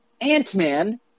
Ant-Man